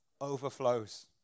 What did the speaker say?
overflows